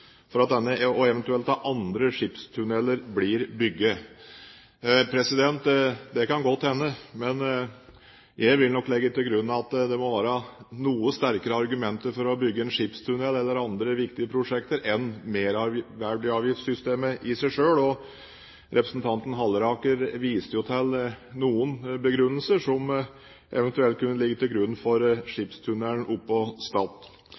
nok legge til grunn at det må være noe sterkere argumenter for å bygge en skipstunnel eller andre viktige prosjekter enn merverdiavgiftssystemet i seg selv. Representanten Halleraker viste jo til noen forhold som eventuelt kunne ligge til grunn for